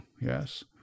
yes